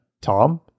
Tom